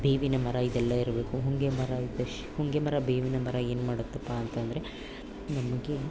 ಬೇವಿನಮರ ಇದೆಲ್ಲ ಇರಬೇಕು ಹೊಂಗೆಮರ ಇದ್ದಷ್ಟು ಹೊಂಗೆಮರ ಬೇವಿನಮರ ಏನು ಮಾಡುತ್ತಪ್ಪಾ ಅಂತಂದರೆ ನಮಗೆ